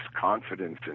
confidence